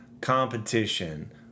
competition